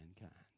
mankind